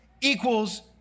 equals